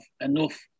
enough